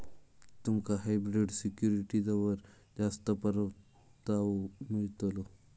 तुमका हायब्रिड सिक्युरिटीजवर जास्त परतावो मिळतलो